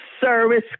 service